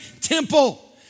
temple